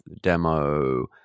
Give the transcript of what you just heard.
demo